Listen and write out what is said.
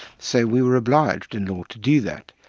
so we were obliged in law to do that.